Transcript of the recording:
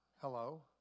Hello